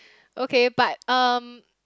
okay but um